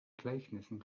gleichnissen